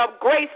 grace